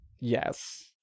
Yes